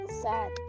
sad